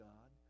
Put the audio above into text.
God